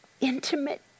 intimate